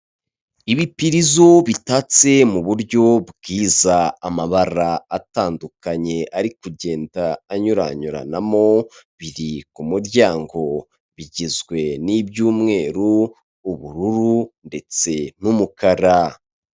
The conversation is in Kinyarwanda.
Ibipirizo bitatse mu buryo bwiza amabara atandukanye ari kugenda anyuranyuranamo biri ku muryango bigizwe n'ibyumweru, ubururu ndetse n'umukara.